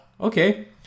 Okay